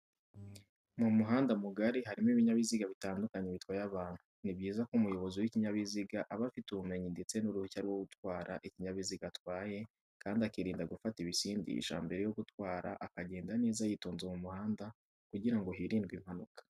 Mu muhanda mugari harimo ibinyabiziga bitandukanye bitwaye abantu, ni byiza ko umuyobozi w'ikinyabiziga aba afite ubumenyi ndetse n'uruhushya rwo gutwara ikinyabiziga atwaye kandi akirinda gufata ibisindisha mbere yo gutwara akagenda neza yitonze mu muhanda kugira ngo hirindwe impanuka.